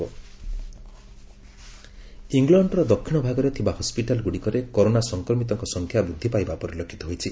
corona England ଇଲଣ୍ଡର ଦକ୍ଷିଣ ଭାଗରେ ଥିବା ହସ୍କିଟାଲ ଗୁଡ଼ିକରେ କରୋନା ସଂକ୍ରମିତଙ୍କ ସଂଖ୍ୟା ବୃଦ୍ଧି ପାଇବା ପରିଲକ୍ଷିତ ହୋଇଛି